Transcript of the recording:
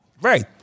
right